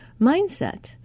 mindset